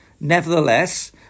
nevertheless